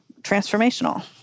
transformational